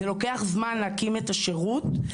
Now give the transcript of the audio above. לוקח זמן להקים את השירות,